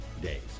days